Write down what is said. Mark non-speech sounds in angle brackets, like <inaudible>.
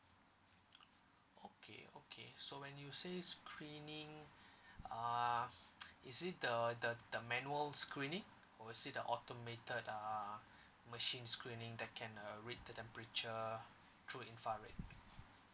okay okay so when you say screening uh <noise> is it the the the manual screening or is it the automated uh machine screening that can uh read the temperature through infrared